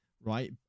right